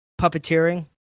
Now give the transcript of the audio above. puppeteering